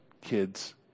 kids